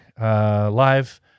live